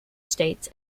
states